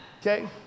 Okay